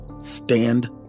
Stand